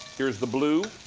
here is the blue,